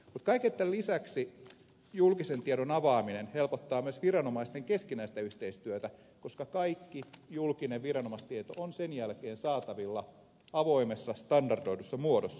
mutta kaiken tämän lisäksi julkisen tiedon avaaminen helpottaa myös viranomaisten keskinäistä yhteistyötä koska kaikki julkinen viranomaistieto on sen jälkeen saatavilla avoimessa standardoidussa muodossa